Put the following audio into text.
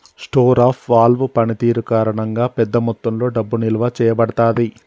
store of value పనితీరు కారణంగా, పెద్ద మొత్తంలో డబ్బు నిల్వ చేయబడతాది